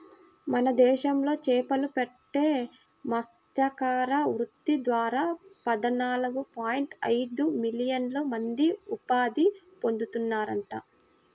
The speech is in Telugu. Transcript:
మన దేశంలో చేపలు పట్టే మత్స్యకార వృత్తి ద్వారా పద్నాలుగు పాయింట్ ఐదు మిలియన్ల మంది ఉపాధి పొందుతున్నారంట